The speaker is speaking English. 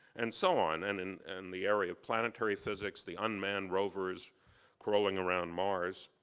and so on. and and and the area of planetary physics, the unmanned rovers crawling around mars.